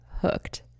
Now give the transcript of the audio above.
hooked